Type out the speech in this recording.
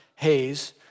Hayes